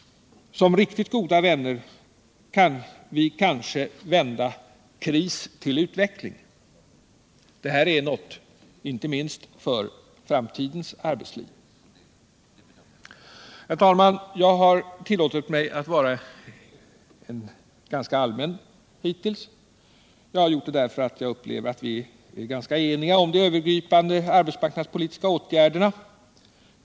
Som riktigt goda vänner kan vi kanske vända kris till utveckling. Det här är något inte minst för framtidens arbetsliv. Herr talman! Jag har tillåtit mig att hittills hålla mig till ganska allmänna frågor. Jag har gjort det därför att jag upplever att vi är ganska eniga om de övergripande arbetsmarknadspolitiska åtgärderna.